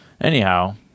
anyhow